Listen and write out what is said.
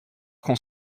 qu’on